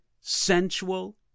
sensual